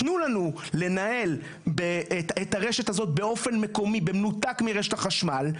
תנו לנו לנהל את הרשת הזאת באופן מקומי במנותק מרשת החשמל,